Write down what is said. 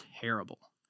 terrible